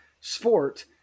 sport